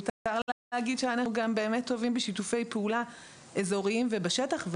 ואנחנו גם באמת טובים בשיתופי פעולה אזוריים ובשטח.